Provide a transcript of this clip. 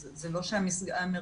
אז זה לא שהמרכז נסגר.